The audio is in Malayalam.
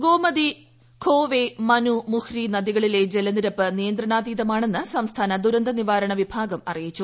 ഗോമതി ക്ലോവെ മനു മുഹ്രി നദികളിലെ ജലനിരപ്പ് നിയന്ത്രണാതീതമാണെന്ന് സംസ്ഥാന ദുരന്ത നിവാരണ വിഭാഗം ്അറിയിച്ചു